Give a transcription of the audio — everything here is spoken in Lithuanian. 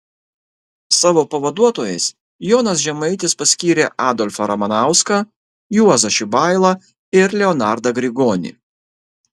savo pavaduotojais jonas žemaitis paskyrė adolfą ramanauską juozą šibailą ir leonardą grigonį